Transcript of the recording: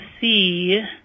see